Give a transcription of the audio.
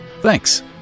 Thanks